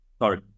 sorry